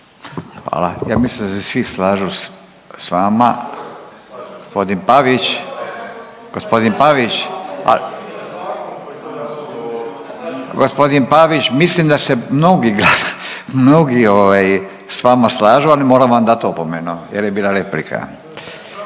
Hvala. Ja mislim da se svi slažu sa vama. Gospodin Pavić, gospodin Pavić mislim da se mnogi sa vama slažu, ali moram vam dati opomenu jer je bila replika.